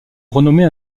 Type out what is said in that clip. renommée